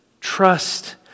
Trust